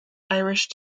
irish